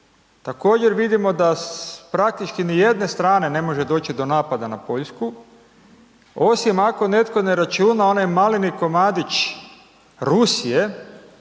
također vidimo da s praktički nijedne strane ne može doći do napada na Poljsku, osim ako netko ne računa onaj maleni komadić Rusije